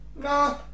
no